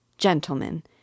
Gentlemen